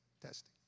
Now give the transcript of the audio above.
testing